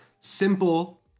simple